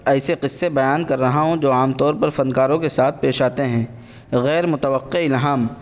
ایسے قصے بیان کر رہا ہوں جو عام طور پر فنکاروں کے ساتھ پیش آتے ہیں غیر متوقع الہام